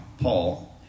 Paul